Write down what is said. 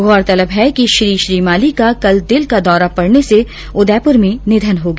गौरतलब है कि श्री श्रीमाली का कल दिल का दौरा पड़ने से उदयपुर में निधन हो गया